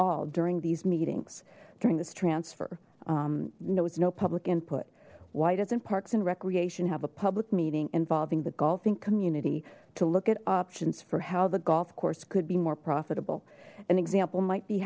all during these meetings during this transfer there was no public input why doesn't parks and recreation have a public meeting involving the golfing community to look at options for how the golf course could be more profitable an example might be